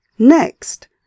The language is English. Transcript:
Next